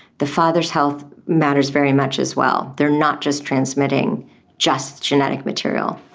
the father's health matters very much as well, they are not just transmitting just genetic material.